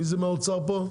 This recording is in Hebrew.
מי מהאוצר פה?